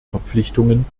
verpflichtungen